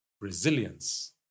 resilience